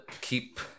keep